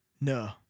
No